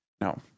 No